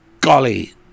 golly